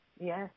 Yes